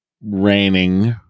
raining